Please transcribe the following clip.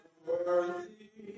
worthy